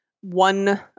one